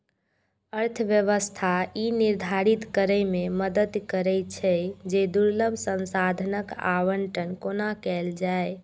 अर्थव्यवस्था ई निर्धारित करै मे मदति करै छै, जे दुर्लभ संसाधनक आवंटन कोना कैल जाए